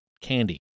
candy